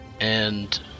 and-